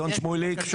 אדון שמוליק?